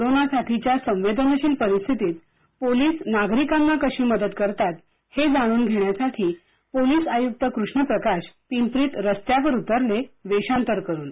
corona साथीच्या संवेदनशील परिस्थितीत पोलीसनागरिकांना कशी मदत करतात हे जाणून घेण्यासाठी पोलीस आयुक्त कृष्ण प्रकाश पिंपरीत रस्त्यावर उतरले वेषांतर करून